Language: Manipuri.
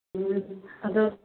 ꯎꯝ ꯑꯗꯨ